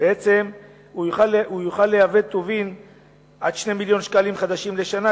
בעצם הוא יוכל לייבא טובין עד 2 מיליוני ש"ח לשנה,